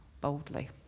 boldly